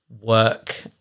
work